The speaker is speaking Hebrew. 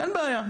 אין בעיה.